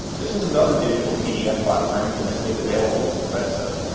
this is another digital pdf file remington has made available on their website.